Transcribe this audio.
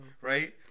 right